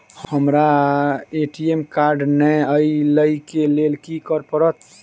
हमरा ATM card नै अई लई केँ लेल की करऽ पड़त?